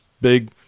big